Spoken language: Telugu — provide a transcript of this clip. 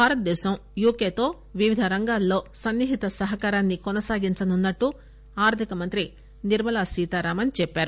భారతదేశం యుకెతో వివిధ రంగాల్లో సన్ని హిత సహకారాన్ని కొనసాగించనున్నట్టు ఆర్దిక మంత్రి నిర్మలా సీతారామన్ చెప్పారు